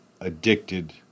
addicted